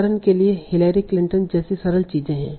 उदाहरण के लिए हिलेरी क्लिंटन जैसी सरल चीजें है